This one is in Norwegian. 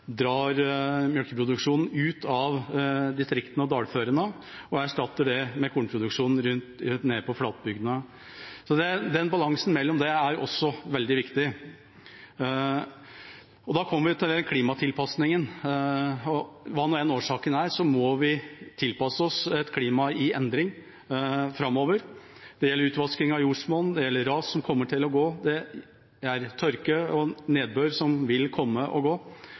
drar melkeproduksjonen ut av distriktene og dalførene og erstatter den med kornproduksjon i flatbygdene. Den balansen er også veldig viktig. Da kommer vi til klimatilpasningen. Hva nå årsaken enn er, må vi tilpasse oss et klima i endring framover. Det gjelder utvasking av jordsmonn, det gjelder ras som kommer til å gå, og det gjelder tørke og nedbør som vil komme og gå.